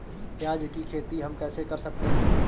प्याज की खेती हम कैसे कर सकते हैं?